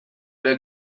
ere